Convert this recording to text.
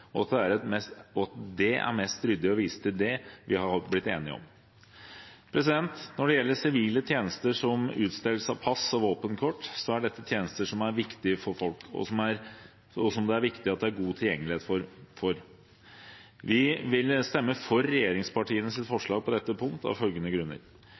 og at det er mest ryddig å vise til det vi har blitt enige om. Når det gjelder sivile tjenester som utstedelse av pass og våpenkort, så er dette tjenester som er viktige for folk, og som det er viktig er godt tilgjengelig for folk. Vi vil stemme for regjeringspartienes forslag på dette punkt av forskjellige grunner.